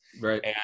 Right